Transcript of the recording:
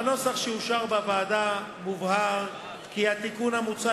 בנוסח שאושר בוועדה מובהר כי התיקון המוצע